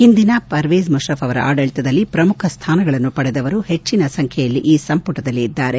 ಹಿಂದಿನ ಪರ್ವೇಜ್ ಮುಷರಫ್ ಅವರ ಆಡಳಿತದಲ್ಲಿ ಪ್ರಮುಖ ಸ್ಥಾನಗಳನ್ನು ಪಡೆದವರು ಹೆಚ್ಚನ ಸಂಖ್ಯೆಯಲ್ಲಿ ಈ ಸಂಪುಟದಲ್ಲಿದ್ದಾರೆ